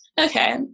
okay